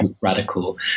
radical